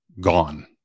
gone